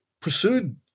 pursued